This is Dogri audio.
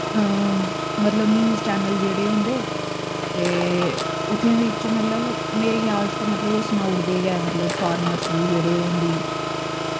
मतलव न्यूज चैन्नल जेह्ड़े होंदे ते ओह्दे बिच्च मतलव मेरे ख्याल च ते मतलव ओह् सनाऊड़दे गै मतलव फार्मर्स दी जेह्ड़ी होंदी